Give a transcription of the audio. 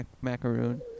Macaroon